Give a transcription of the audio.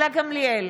גלית דיסטל אטבריאן,